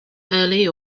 early